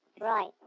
Right